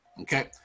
okay